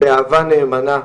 באהבה נאמנה?